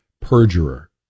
perjurer